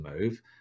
move